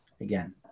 again